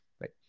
Right